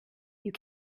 you